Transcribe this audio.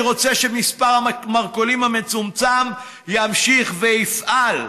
אני רוצה שמספר מרכולים מצומצם ימשיכו ויפעלו.